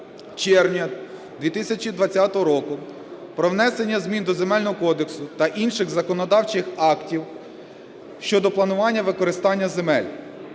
червня 2020 року про внесення змін до Земельного кодексу та інших законодавчих актів щодо планування використання земель